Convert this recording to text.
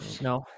no